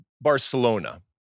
Barcelona